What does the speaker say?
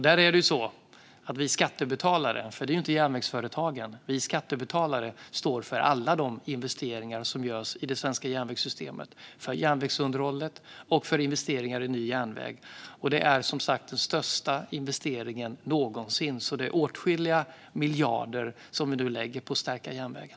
Där är det så att det är vi skattebetalare, inte järnvägsföretagen, som står för alla de investeringar som görs i det svenska järnvägssystemet - för järnvägsunderhållet och för investeringar i ny järnväg. Det är, som sagt, den största investeringen någonsin. Det är alltså åtskilliga miljarder som vi nu lägger på att stärka järnvägen.